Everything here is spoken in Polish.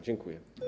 Dziękuję.